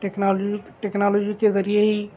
technology technology کے ذریعے ہی